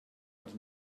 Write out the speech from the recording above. els